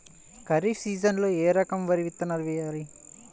ఖరీఫ్ సీజన్లో ఏ రకం వరి విత్తనాలు వేయాలి?